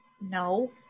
no